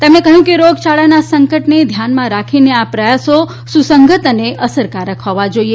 તેમણે કહ્યું કે રોગચાળાના સંકટને ધ્યાનમાં રાખીને આ પ્રયાસો સુસંગત અને અસરકારક હોવા જોઈએ